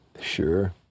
Sure